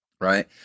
Right